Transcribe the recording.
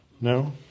No